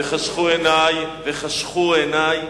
וחשכו עיני, וחשכו עיני.